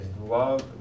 love